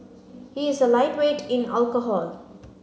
he is a lightweight in alcohol